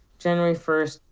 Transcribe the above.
january first,